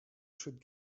should